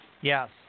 Yes